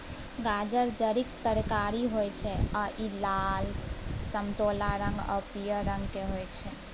गाजर जड़िक तरकारी होइ छै आ इ लाल, समतोला रंग आ पीयर रंगक होइ छै